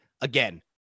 again